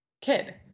kid